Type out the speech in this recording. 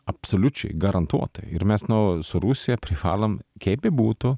absoliučiai garantuotai ir mes nu su rusija privalom kaip bebūtų